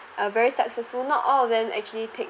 uh very successful not all of them actually take